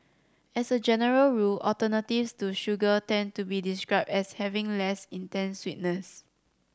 as a general rule alternatives to sugar tend to be described as having less intense sweetness